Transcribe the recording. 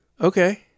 Okay